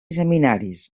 seminaris